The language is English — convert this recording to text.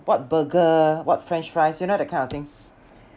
what burger what french fries you know that kind of thing